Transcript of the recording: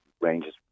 ranges